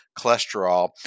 cholesterol